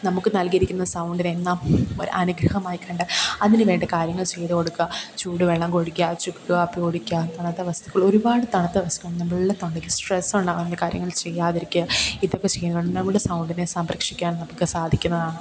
നമുക്ക് നൽകിയിരിക്കുന്ന സൗണ്ടിനേ നാം ഒരനുഗ്രഹമായി കണ്ട് അതിന് വേണ്ട കാര്യങ്ങൾ ചെയ്ത് കൊടുക്കുക ചൂട് വെള്ളം കുടിക്കുക ചുക്ക് കാപ്പി കുടിക്കുക തണുത്ത വസ്തുക്കൾ ഒരുപാട് തണുത്ത വസ്തുക്കൾ നമ്മളുടെ തൊണ്ടയ്ക്ക് സ്ട്രെസ്സോണ്ടാവുന്ന കാര്യങ്ങൾ ചെയ്യാതിരിക്കുക ഇതൊക്കെ ചെയ്തോണ്ട് നമ്മളുടെ സൗണ്ടിനെ സംരക്ഷിക്കാൻ നമുക്ക് സാധിക്കുന്നതാണ്